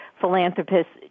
philanthropists